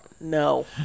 No